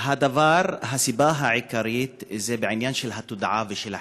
הסיבה העיקרית זה עניין המודעות והחינוך.